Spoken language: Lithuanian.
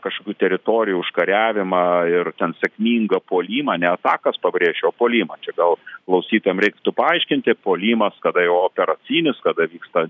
kažkokių teritorijų užkariavimą ir ten sėkmingą puolimą neatakas pabrėšiu o puolimą čia gal klausytojam reiktų paaiškinti puolimas kada jau operacinis kada vyksta